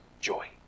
Joy